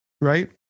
Right